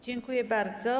Dziękuję bardzo.